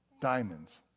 Diamonds